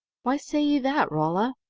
why say ye that, rolla?